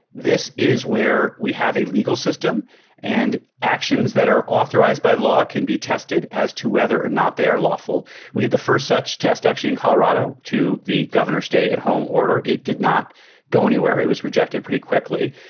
this is where we have a legal system and actions that are authorized by law can be tested as to whether or not they are lawful we had the first such test, actually in colorado. to the governor, stay at home. order. it did not go anywhere. it was rejected pretty quickly.